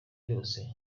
byose